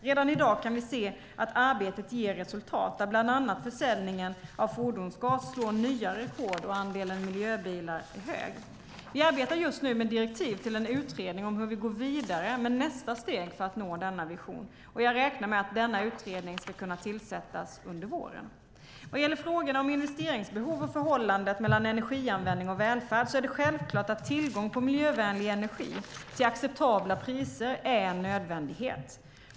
Redan i dag kan vi se att arbetet ger resultat, där bland annat försäljningen av fordonsgas slår nya rekord och andelen miljöbilar är stor. Vi arbetar just nu med direktiv till en utredning om hur vi går vidare med nästa steg för att nå denna vision. Jag räknar med att denna utredning ska kunna tillsättas under våren. Vad gäller frågorna om investeringsbehov och förhållandet mellan energianvändning och välfärd är det självklart att tillgång på miljövänlig energi till acceptabla priser är en nödvändighet.